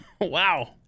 Wow